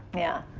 yeah.